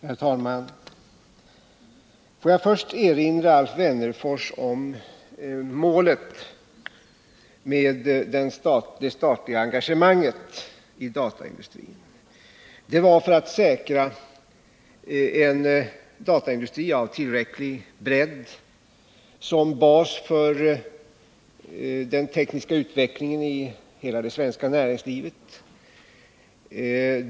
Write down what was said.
Herr talman! Jag vill först erinra Alf Wennerfors om målet för det statliga engagemanget i dataindustrin. Det var att säkra en dataindustri av tillräcklig bredd som bas för den tekniska utvecklingen i hela det svenska näringslivet.